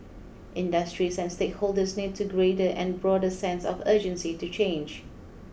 industries and stakeholders need a greater and broader sense of urgency to change